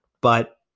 but-